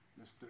Mr